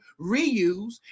reuse